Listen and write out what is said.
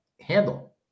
handle